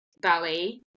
ballet